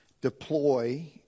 deploy